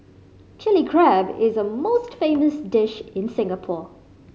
Chilli Crab is a most famous dish in Singapore